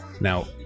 now